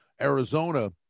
Arizona